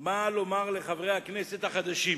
מה לומר לחברי הכנסת החדשים